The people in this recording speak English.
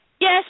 Yes